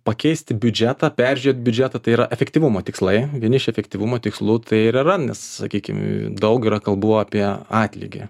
pakeisti biudžetą peržiūrėt biudžetą tai yra efektyvumo tikslai vieni iš efektyvumo tikslų tai yra nes sakykime daug yra kalbų apie atlygį